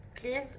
Please